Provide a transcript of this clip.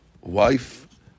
wife